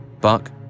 Buck